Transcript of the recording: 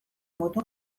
mutur